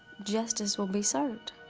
justice will be served.